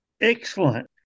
Excellent